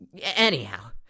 Anyhow